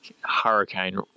hurricane